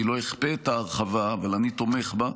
אני לא אכפה את ההרחבה, אבל אני תומך בה.